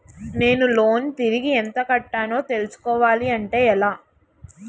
నేను లోన్ తిరిగి ఎంత కట్టానో తెలుసుకోవాలి అంటే ఎలా?